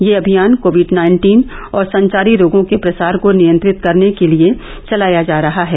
यह अभियान COVID nineteen और संचारी रोगों के प्रसार को नियंत्रित करने के लिए चलाया जा रहा है